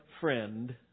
friend